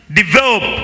develop